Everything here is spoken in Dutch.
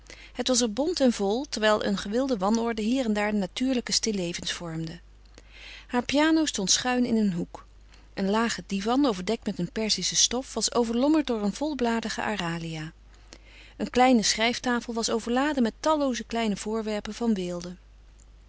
het was er bont en vol terwijl een gewilde wanorde hier en daar natuurlijke stillevens vormde haar piano stond schuin in een hoek een lage divan overdekt met een perzische stof was overlommerd door een volbladige aralia een kleine schrijftafel was overladen met tallooze kleine voorwerpen van weelde